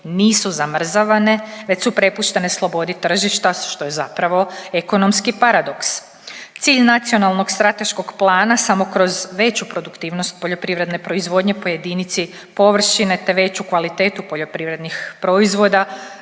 nisu zamrzavane već su prepuštene slobodi tržišta što je zapravo ekonomski paradoks. Cilj Nacionalnog strateškog plana smo kroz veću produktivnost poljoprivredne proizvodnje po jedinici površine te veću kvalitetu poljoprivrednih proizvoda